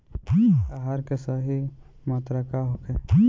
आहार के सही मात्रा का होखे?